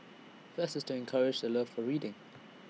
fest is to encourage the love for reading